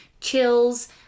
chills